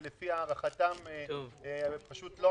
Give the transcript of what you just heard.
ולפי הערכתם,